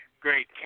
Great